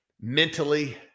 mentally